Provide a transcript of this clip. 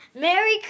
Merry